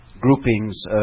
groupings